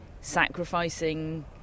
sacrificing